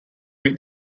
meet